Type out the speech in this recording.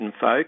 folk